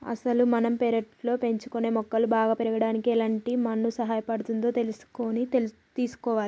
అసలు మనం పెర్లట్లో పెంచుకునే మొక్కలు బాగా పెరగడానికి ఎలాంటి మన్ను సహాయపడుతుందో తెలుసుకొని తీసుకోవాలి